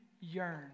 yearn